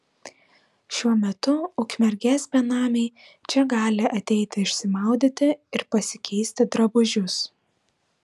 šiuo metu ukmergės benamiai čia gali ateiti išsimaudyti ir pasikeisti drabužius